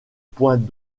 points